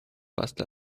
warst